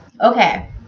Okay